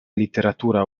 literatura